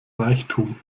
reichtum